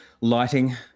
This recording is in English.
lighting